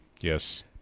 Yes